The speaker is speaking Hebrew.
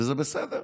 וזה בסדר.